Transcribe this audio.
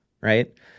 right